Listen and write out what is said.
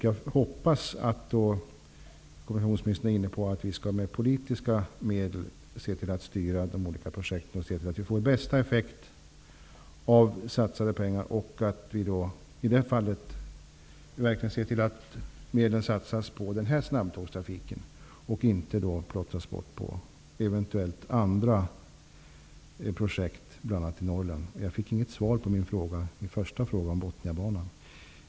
Jag hoppas att kommunikationsministern är inne på att vi med politiska medel skall styra de olika projekten och se till att satsade pengar ger bästa effekt. Dessutom gäller det att vi verkligen ser till att medel satsas på nämna snabbtågstrafik. Pengarna får inte plottras bort på andra projekt som eventuellt blir aktuella. Jag tänker då bl.a. på Sedan har jag inte fått något svar på min första fråga om Bothniabanan.